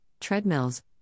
treadmills